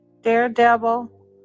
Daredevil